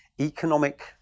economic